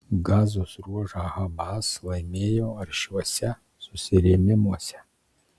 gazos ruožą hamas laimėjo aršiuose susirėmimuose